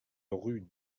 rue